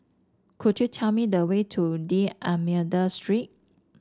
could you tell me the way to D'Almeida Street